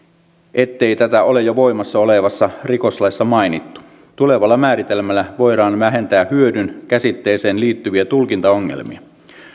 ettei tätä ole jo voimassa olevassa rikoslaissa mainittu tulevalla määritelmällä voidaan vähentää hyödyn käsitteeseen liittyviä tulkintaongelmia